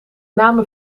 name